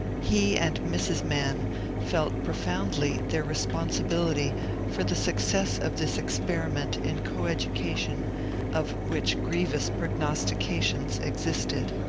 he and mrs. mann felt profoundly their responsibility for the success of this experiment in co education of which grievous prognostications existed.